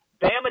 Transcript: Bama